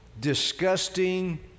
disgusting